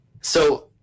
So-